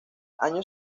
año